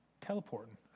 teleporting